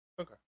Okay